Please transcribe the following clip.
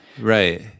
right